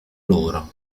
loro